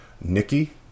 Nikki